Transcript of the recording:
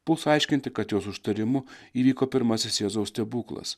puls aiškinti kad jos užtarimu įvyko pirmasis jėzaus stebuklas